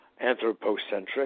anthropocentric